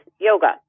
yoga